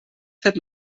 fet